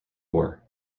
war